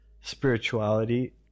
spirituality